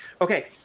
Okay